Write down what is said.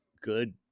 good